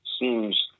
seems